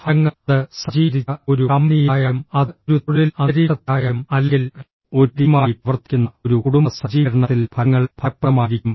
ഫലങ്ങൾ അത് സജ്ജീകരിച്ച ഒരു കമ്പനിയിലായാലും അത് ഒരു തൊഴിൽ അന്തരീക്ഷത്തിലായാലും അല്ലെങ്കിൽ ഒരു ടീമായി പ്രവർത്തിക്കുന്ന ഒരു കുടുംബ സജ്ജീകരണത്തിൽ ഫലങ്ങൾ ഫലപ്രദമായിരിക്കും